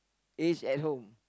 is at home